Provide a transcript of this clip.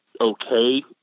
okay